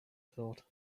thought